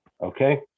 Okay